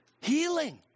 healing